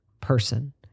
person